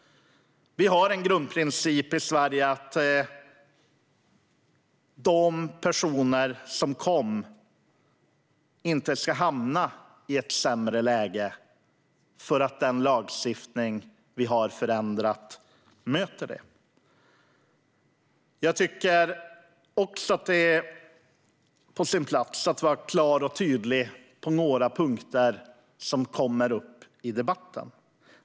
Grundprincipen i Sverige är att de personer som kom inte ska hamna i ett sämre läge på grund av att den lagstiftning vi har förändrat inte möter det. Jag tycker också att det är på sin plats att vara klar och tydlig på några punkter som kommer upp i debatten.